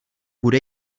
bude